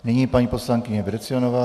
Nyní paní poslankyně Vrecionová.